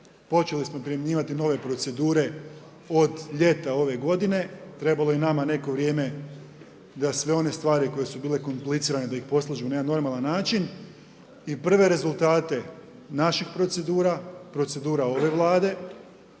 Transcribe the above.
počeli smo primjenjivati nove procedure od ljeta ove godine. Trebalo je nama neko vrijeme da sve one stvari koje su bile komplicirane da ih poslažemo na jedan normalan način i prve rezultate naših procedura, procedura ove Vlade